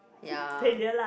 ya